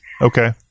Okay